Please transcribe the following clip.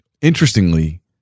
interestingly